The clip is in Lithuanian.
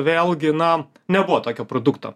vėlgi na nebuvo tokio produkto